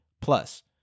plus